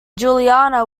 juliana